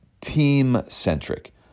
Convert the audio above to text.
team-centric